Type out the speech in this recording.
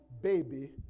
baby